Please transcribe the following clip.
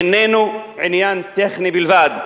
איננה עניין טכני בלבד,